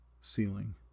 ceiling